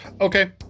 Okay